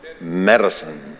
Medicine